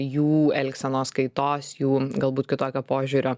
jų elgsenos kaitos jų galbūt kitokio požiūrio